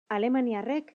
alemaniarrek